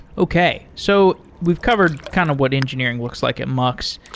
okay. so we've covered kind of what engineering looks like at mux.